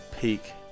peak